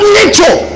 nature